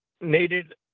needed